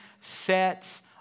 sets